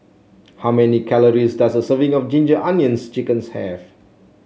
how many calories does a serving of Ginger Onions chickens have